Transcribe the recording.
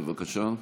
בבקשה.